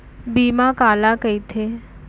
बीमा काला कइथे?